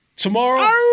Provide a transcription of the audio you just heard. Tomorrow